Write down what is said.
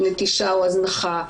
נטישה או הזנחה,